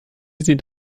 sieht